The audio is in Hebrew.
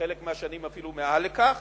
חלק מהשנים אפילו מעל לכך,